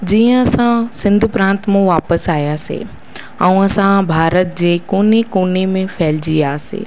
जीअं असां सिंध प्रांत मां वापिसि आयासीं ऐं असां भारत जे कोने कोने में फ़ैलिजी वियासीं